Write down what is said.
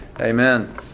Amen